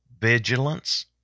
vigilance